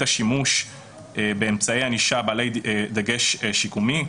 השימוש באמצעי ענישה בעלי דגש שיקומי,